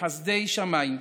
בחסדי שמיים,